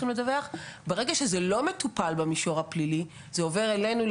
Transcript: ברגע שזה לא מטופל במישור הפלילי זה עובר אלינו,